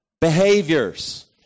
behaviors